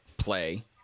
play